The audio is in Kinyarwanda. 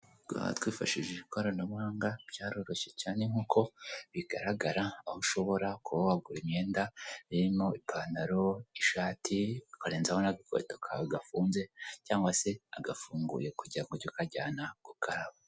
Twifashishije ikoranabuhanga, byaroroshye cyane nk'uko bigaragara, aho ushobora ku wagura imyenda irimo ipantaro, ishati, ukarenzaho n'agakweto gafunze cyangwa se agafunguye kugira ngo ujye ukajyana gukaraba